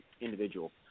individual